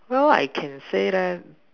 well I can say that